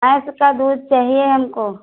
भैंस का दूध चाहिए हमको